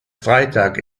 freitag